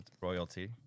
royalty